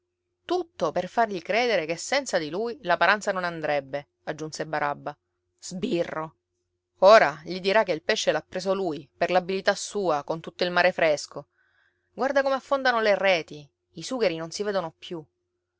tutto per fargli credere che senza di lui la paranza non andrebbe aggiunse barabba sbirro ora gli dirà che il pesce l'ha preso lui per l'abilità sua con tutto il mare fresco guarda come affondano le reti i sugheri non si vedono più